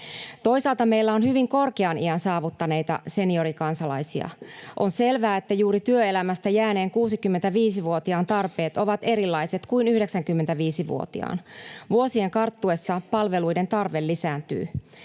Toisaalta meillä on hyvin korkean iän saavuttaneita seniorikansalaisia. On selvää, että juuri työelämästä jääneen 65-vuotiaan tarpeet ovat erilaiset kuin 95-vuotiaan. Vuosien karttuessa palveluiden tarve lisääntyy.